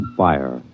fire